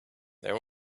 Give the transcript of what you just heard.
there